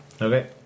Okay